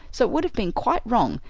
so it would have been quite wrong,